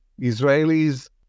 Israelis